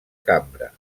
cambra